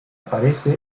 aparece